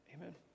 Amen